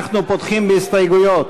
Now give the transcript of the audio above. אנחנו פותחים בהסתייגויות.